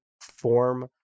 form